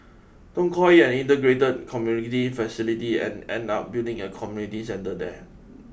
don't call it an integrated community facility and end up building a community centre there